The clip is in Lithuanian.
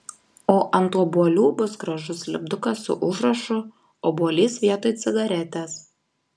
o ant obuolių bus gražus lipdukas su užrašu obuolys vietoj cigaretės